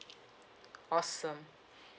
awesome